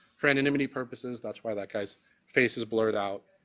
for and indemnity purposes, that's why that guy's face is blurred out.